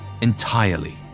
entirely